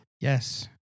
yes